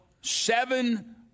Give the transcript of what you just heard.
seven